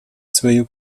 свою